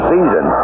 season